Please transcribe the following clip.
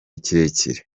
kirekire